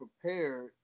prepared